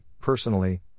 personally